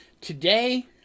Today